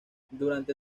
durante